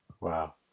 Wow